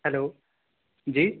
hello جی